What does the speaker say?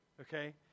Okay